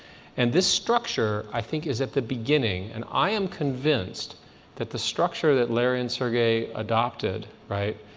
and this structure, i think, is at the beginning. and i am convinced that the structure that larry and sergey adopted, right,